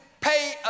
pay